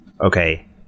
okay